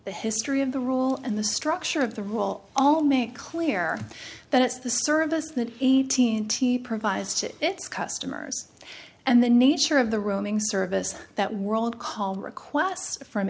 the history of the rule and the structure of the rule all make clear that it's the service that eighteen t provides to its customers and the nature of the roaming service that world call requests from